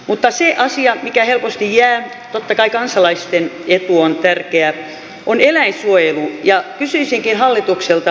mutta se asia mikä helposti jää totta kai kansalaisten etu on tärkeä on eläinsuojelu ja kysyisinkin hallitukselta